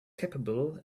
capable